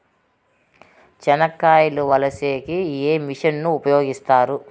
చెనక్కాయలు వలచే కి ఏ మిషన్ ను ఉపయోగిస్తారు?